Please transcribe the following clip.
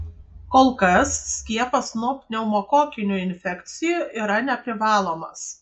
kol kas skiepas nuo pneumokokinių infekcijų yra neprivalomas